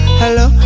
hello